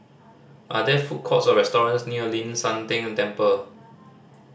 are there food courts or restaurants near Ling San Teng Temple